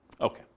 Okay